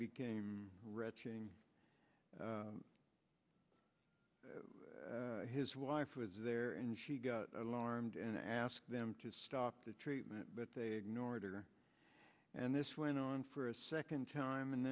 became retching his wife was there and she got alarmed and asked them to stop the treatment but they ignored her and this went on for a second time and